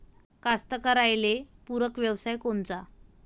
कास्तकाराइले पूरक व्यवसाय कोनचा?